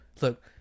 Look